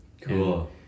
Cool